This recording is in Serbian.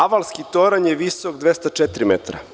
Avalski toranj je visok 204 metra.